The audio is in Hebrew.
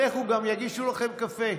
לכו, גם יגישו לכם קפה.